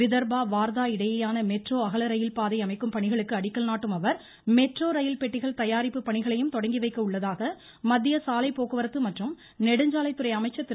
விதர்பா வார்தா இடையேயான மெட்ரோ அகல ரயில்பாதை அமைக்கும் பணிகளுக்கு அடிக்கல் நாட்டும் அவர் மெட்ரோ ரயில் பெட்டிகள் தயாரிப்பு பணிகளையும் தொடங்கி வைக்கவுள்ளதாக மத்திய சாலை போக்குவரத்து மற்றும் நெடுஞ்சாலைத்துறை அமைச்சர் திரு